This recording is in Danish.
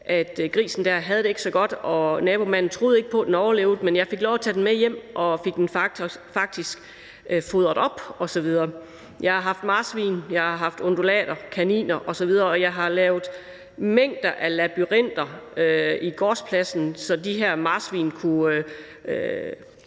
grisen der ikke havde det så godt, og nabomanden troede ikke på, at den overlevede, men jeg fik lov at tage den med hjem og fik den faktisk fodret op osv. Jeg har haft marsvin, jeg har haft undulater, kaniner osv., og jeg har lavet mængder af labyrinter på gårdspladsen, så de her marsvin simpelt